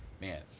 man